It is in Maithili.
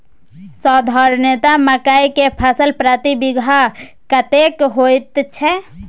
साधारणतया मकई के फसल प्रति बीघा कतेक होयत छै?